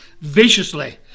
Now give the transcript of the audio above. viciously